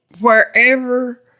Wherever